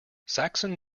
saxon